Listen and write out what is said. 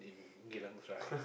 in Geylang Serai